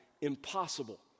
impossible